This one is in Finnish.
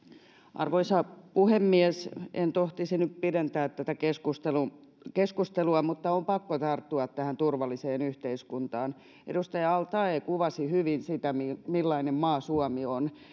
arvoisa puhemies en tohtisi nyt pidentää tätä keskustelua mutta on pakko tarttua tähän turvalliseen yhteiskuntaan edustaja al taee kuvasi hyvin sitä millainen maa suomi on